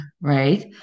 right